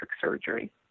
surgery